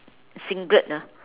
singlet ah